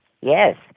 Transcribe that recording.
yes